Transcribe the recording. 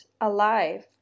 alive